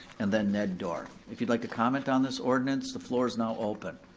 and then ned dorff. if you'd like to comment on this ordinance, the floor is now open.